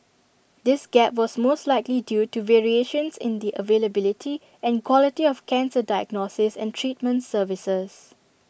this gap was most likely due to variations in the availability and quality of cancer diagnosis and treatment services